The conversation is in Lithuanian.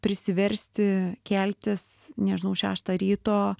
prisiversti keltis nežinau šeštą ryto